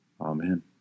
Amen